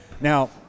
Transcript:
Now